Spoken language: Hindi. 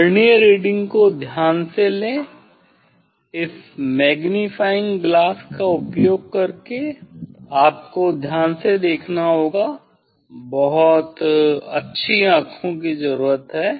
वर्नियर रीडिंग को ध्यान से लें इस मैग्नीफाइंग ग्लॉस का उपयोग करके आपको ध्यान से देखना होगा बहुत अच्छी आँखों की जरूरत है